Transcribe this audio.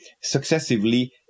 successively